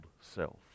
self